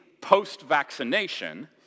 post-vaccination